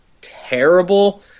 terrible